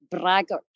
braggart